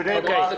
בני ברק,